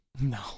No